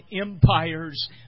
empires